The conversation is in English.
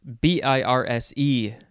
B-I-R-S-E